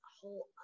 whole